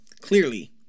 clearly